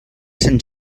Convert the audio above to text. sant